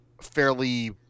fairly